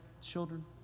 children